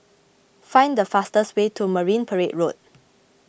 find the fastest way to Marine Parade Road